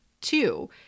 two